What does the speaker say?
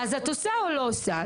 אז את עושה או לא עושה?